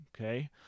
okay